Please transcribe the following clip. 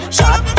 Shot